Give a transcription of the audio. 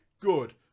Good